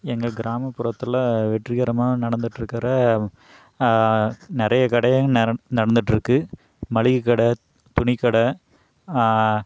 எங்கள் கிராமப்புறத்தில் வெற்றிகரமாக நடந்துட்டிருக்கற நிறைய கடையங் நடந்திட்டிருக்கு மளிகை கடை துணி கடை